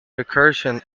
recursion